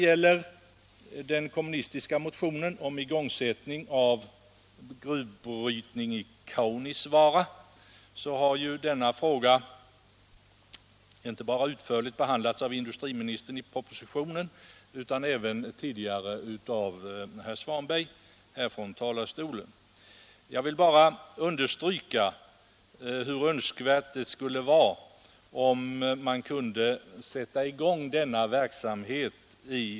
Frågan om igångsättning av gruvbrytning i Kaunisvaara, som tas upp i den kommunistiska motionen, har utförligt behandlats av industriministern i propositionen, och herr Svanberg har också tagit upp den frågan i sitt anförande. Jag vill understryka att det vore synnerligen önskvärt att denna verksamhet kunde sättas i gång.